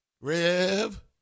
Rev